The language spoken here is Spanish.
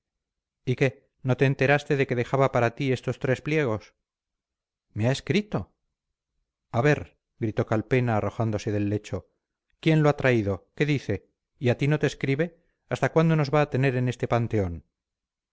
y qué no te enteraste de que dejaba para ti estos tres pliegos me ha escrito a ver gritó calpena arrojándose del lecho quién lo ha traído qué dice y a ti no te escribe hasta cuándo nos va a tener en este panteón